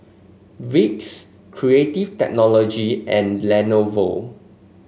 Vicks Creative Technology and Lenovo